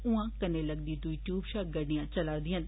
उआं कन्ने लगदी दूई टयूब शा गडि्डयां चला'रदियां न